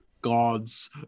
Gods